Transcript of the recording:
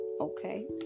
okay